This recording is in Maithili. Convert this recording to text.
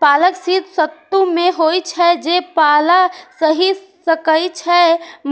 पालक शीत ऋतु मे होइ छै, जे पाला सहि सकै छै,